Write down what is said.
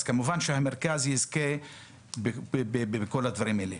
אז כמובן שהמרכז יזכה בכל הדברים האלה.